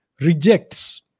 rejects